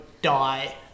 die